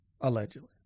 Allegedly